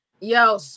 yo